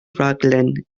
rhaglen